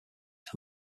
are